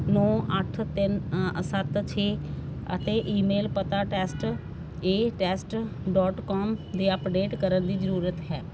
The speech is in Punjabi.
ਨੌਂ ਅੱਠ ਤਿੰਨ ਸੱਤ ਛੇ ਅਤੇ ਈਮੇਲ ਪਤਾ test a test dot com ਦੀ ਅਪਡੇਟ ਕਰਨ ਦੀ ਜ਼ਰੂਰਤ ਹੈ